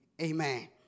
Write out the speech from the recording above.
Amen